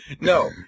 No